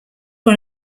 one